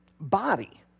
body